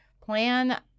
Plan